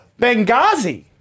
Benghazi